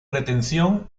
retención